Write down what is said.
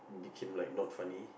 became like not funny